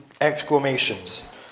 exclamations